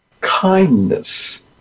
kindness